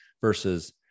versus